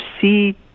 see